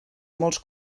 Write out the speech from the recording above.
molts